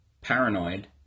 paranoid